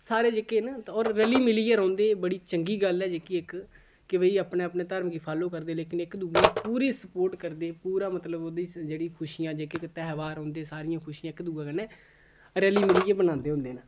सारे जेह्के न ते ओह् रली मिलियै रौंह्दे बड़ी चंगी गल्ल ऐ इक के भाई अपने अपने धर्म गी फाॅलो करदे लेकिन इक दूए गी पूरी सपोर्ट करदे पूरा मतलब ओह्दी जेह्ड़ी खुशियां जेह्कियां तेहार होंदे सारियां खुशियां इक दूए कन्नै रली मिलियै बनांदे होंदे न